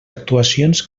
actuacions